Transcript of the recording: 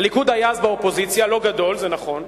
הליכוד היה אז באופוזיציה, לא גדול, זה נכון,